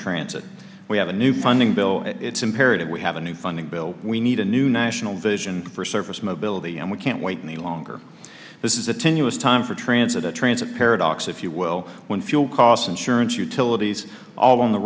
transit we have a new pending bill and it's imperative we have a new funding bill we need a new national vision for service mobility and we can't wait any longer this is a tenuous time for transit a transit paradox if you will when fuel costs insurance utilities all on the